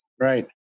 Right